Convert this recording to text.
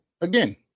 again